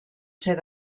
ser